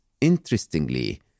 interestingly